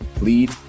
lead